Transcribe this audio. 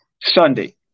Sunday